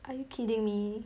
are you kidding me